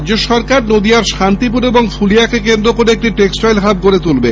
রাজ্য সরকার নদীয়ার শান্তিপুর ও ফুলিয়াকে কেন্দ্র করে একটি টেক্সটাইল হাব গড়ে তুলবে